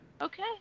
Okay